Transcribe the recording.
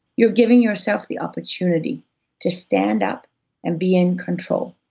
you're giving yourself the opportunity to stand up and be in control,